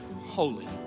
holy